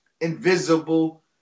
invisible